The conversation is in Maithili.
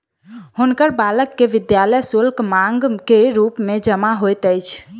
हुनकर बालक के विद्यालय शुल्क, मांग जमा के रूप मे जमा होइत अछि